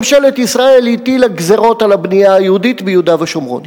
ממשלת ישראל הטילה גזירות על הבנייה היהודית ביהודה ושומרון,